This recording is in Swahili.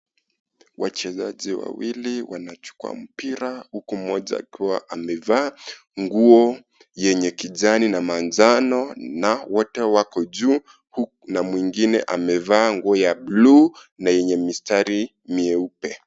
Wachezaji wawili wanachukua mpira huku mmoja akiwa amevaa nguo yenye kijani na manjano na wote wako juu na mwingine amevaa nguo ya blue na yenye mistari meupe.